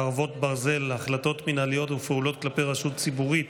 חרבות ברזל) (החלטות מינהליות ופעולות כלפי רשות ציבורית,